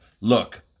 look